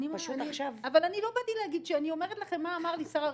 אני אומרת לכם מה אמר לי שר הרווחה.